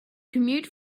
commute